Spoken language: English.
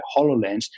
HoloLens